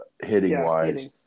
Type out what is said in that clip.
hitting-wise